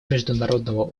международного